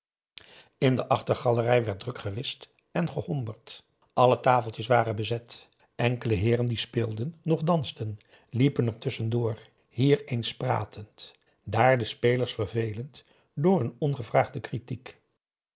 in de achtergalerij werd druk gewhist en gehomberd alle tafeltjes waren bezet enkele heeren die speelden noch dansten liepen er tusschen door hier eens pratend daar de spelers vervelend door hun ongevraagde critiek